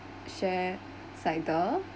share cider